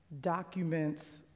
documents